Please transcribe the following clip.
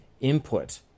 input